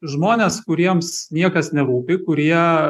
žmonės kuriems niekas nerūpi kurie